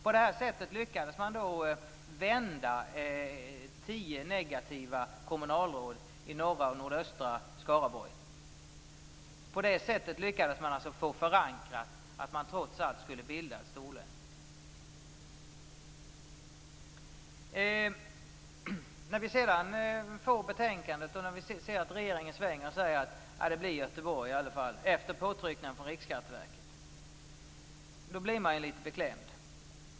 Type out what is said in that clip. På det sättet lyckades man vända tio negativa kommunalråd i norra och nordöstra Skaraborg och lyckades få förankrat att man trots allt skulle bilda ett storlän. När vi sedan får betänkandet ser vi att regeringen svänger och säger att det ändå blir Då blir man litet beklämd.